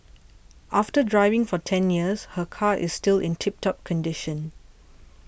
after driving for ten years her car is still in tip top condition